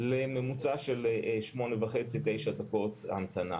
לממוצע של שמונה וחצי, תשע דקות המתנה.